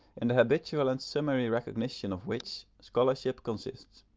in the habitual and summary recognition of which scholarship consists.